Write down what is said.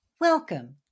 Welcome